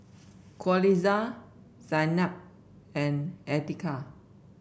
Qalisha Zaynab and Andika